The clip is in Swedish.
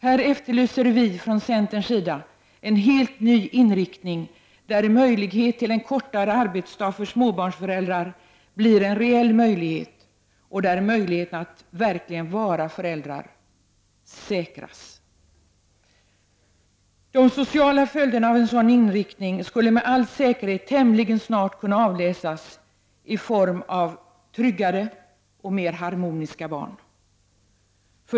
Här efterlyser vi från centerns sida en helt ny inriktning där möjlighet till en kortare arbetsdag för småbarnsföräldrar blir en reell möjlighet och där möjligheten att verkligen vara förälder säkras. De sociala följderna av en sådan inriktning skulle med all säkerhet tämligen snart kunna avläsas i form av tryggare och mer harmoniska barn.